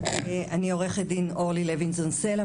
אני עו"ד אורלי לוינזון-סלע,